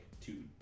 two